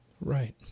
Right